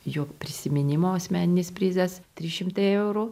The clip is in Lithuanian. jo prisiminimo asmeninis prizas trys šimtai eurų